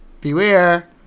Beware